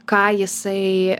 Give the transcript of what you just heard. ką jisai